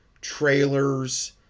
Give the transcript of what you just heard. trailers